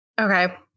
Okay